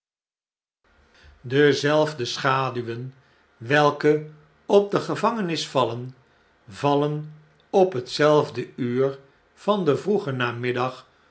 dezelfde schaduwen welke op de gevangenis vallen vallen op hetzelfde uur van den vroegen